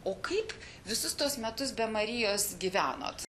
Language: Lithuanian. o kaip visus tuos metus be marijos gyvenote